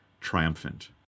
triumphant